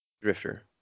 Drifter